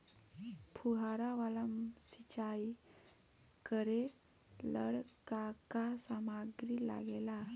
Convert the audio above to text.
फ़ुहारा वाला सिचाई करे लर का का समाग्री लागे ला?